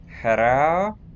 Hello